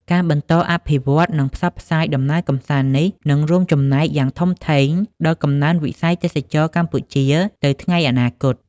ការបន្តអភិវឌ្ឍ និងផ្សព្វផ្សាយដំណើរកម្សាន្តនេះ នឹងរួមចំណែកយ៉ាងធំធេងដល់កំណើនវិស័យទេសចរណ៍កម្ពុជាទៅថ្ងៃអនាគត។